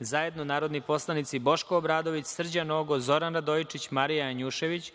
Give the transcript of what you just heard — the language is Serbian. zajedno narodni poslanici Boško Obradović, Srđan Nogo, Zoran Radojičić, Marija Janjušević,